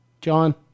John